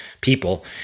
people